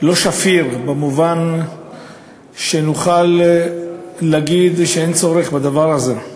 לא שפיר במובן שנוכל להגיד שאין צורך בדבר הזה.